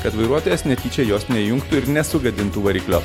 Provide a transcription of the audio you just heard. kad vairuotojas netyčia jos neįjungtų ir nesugadintų variklio